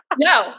No